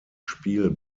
spiel